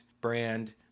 brand